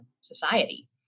society